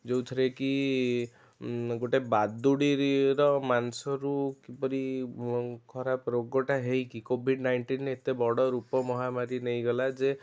ଯେଉଁଥିରେକି ଗୋଟେ ବାଦୁଡ଼ିରି ର ମାଂସରୁ କିପରି ଖରାପ ରୋଗଟା ହେଇକି କୋଭିଡ଼ ନାଈନଟିନ୍ ଏତେ ବଡ଼ ରୂପ ମହାମାରୀ ନେଇଗଲା ଯେ